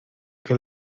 que